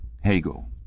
hegel